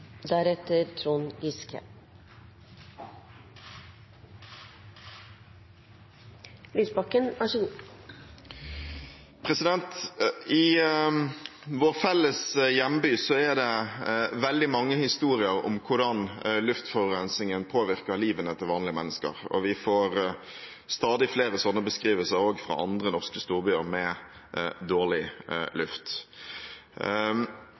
det veldig mange historier om hvordan luftforurensningen påvirker livet til vanlige mennesker, og vi får stadig flere sånne beskrivelser også fra andre norske storbyer med dårlig